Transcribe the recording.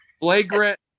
flagrant